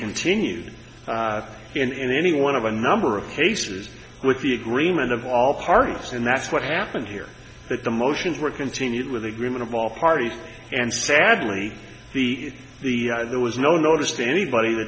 continued in any one of a number of cases with the agreement of all parties and that's what happened here that the motions were continued with agreement of all parties and sadly the the there was no notice to anybody